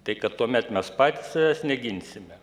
tai kad tuomet mes patys savęs neginsime